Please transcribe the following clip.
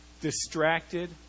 distracted